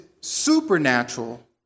supernatural